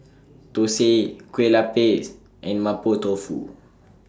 Thosai Kueh Lupis and Mapo Tofu